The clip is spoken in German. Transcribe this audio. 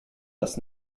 das